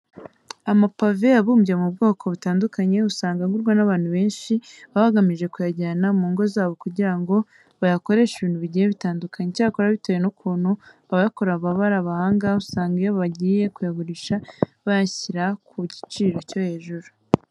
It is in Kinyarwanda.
Amavaze abumbye mu bwoko butandukanye usanga agurwa n'abantu benshi baba bagamije kuyajyana mu ngo zabo kugira ngo bayakoreshe ibintu bigiye bitandukanye. Icyakora bitewe n'ukuntu abayakora baba ari abahanga, usanga iyo bagiye kuyagurisha bayashyira ku giciro cyo hejuru.